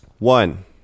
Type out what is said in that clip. One